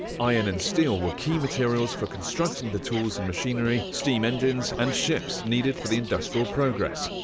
iron and steel were key materials for constructing the tools in machinery, steam engines, and ships needed for the industrial progress.